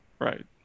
right